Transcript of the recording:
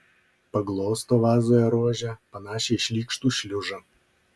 paglosto vazoje rožę panašią į šlykštų šliužą